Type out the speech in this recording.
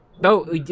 No